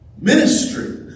ministry